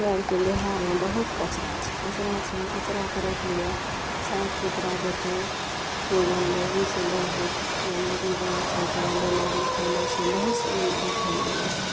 हमरा आरके बिहारमे बहुत कचरा छै कचरा छै कचरा यरैके लिये साफ सुथरा देतै गन्दगी छै बहुत गन्दगी बहुत छै तऽ बीमारी फैलय छै बहुत सा बीमारी फैल गेलय हइ